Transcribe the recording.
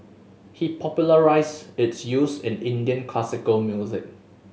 he popularised its use in Indian classical music